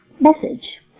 message